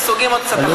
נסוגים עוד קצת אחורה.